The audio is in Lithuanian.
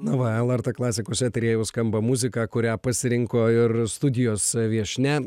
na va lrt klasikos eteryje jau skamba muzika kurią pasirinko ir studijos viešnia